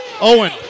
Owen